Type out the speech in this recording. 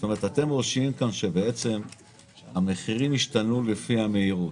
אתם רושמים כאן שהמחירים ישתנו לפי המהירות.